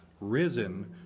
risen